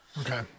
Okay